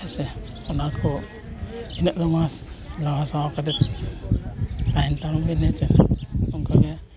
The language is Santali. ᱦᱮᱸ ᱥᱮ ᱚᱱᱟ ᱠᱚ ᱤᱱᱟᱹᱜ ᱫᱚ ᱢᱟ ᱞᱟᱦᱟ ᱥᱟᱦᱟᱣ ᱠᱟᱛᱮᱫ ᱛᱟᱦᱮᱱ ᱛᱟᱵᱚᱱ ᱵᱤᱱ ᱦᱮᱸᱥᱮ ᱱᱚᱝᱠᱟᱜᱮ